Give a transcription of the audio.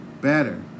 better